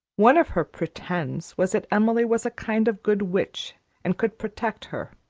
one of her pretends was that emily was a kind of good witch and could protect her.